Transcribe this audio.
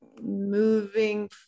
moving